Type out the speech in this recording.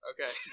Okay